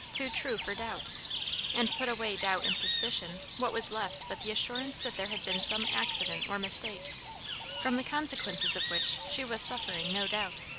too true for doubt and put away doubt and suspicion, what was left but the assurance that there had been some accident or mistake from the consequences of which she was suffering, no doubt,